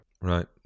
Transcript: Right